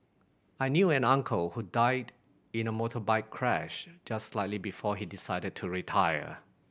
I knew an uncle who died in a motorbike crash just slightly before he decided to retire